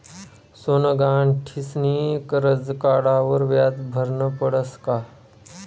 सोनं गहाण ठीसनी करजं काढावर व्याज भरनं पडस का?